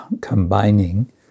combining